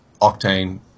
Octane